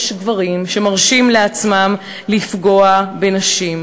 יש גברים שמרשים לעצמם לפגוע בנשים.